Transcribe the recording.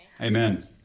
Amen